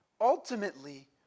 ultimately